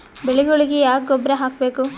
ಬೆಳಿಗೊಳಿಗಿ ಯಾಕ ಗೊಬ್ಬರ ಹಾಕಬೇಕು?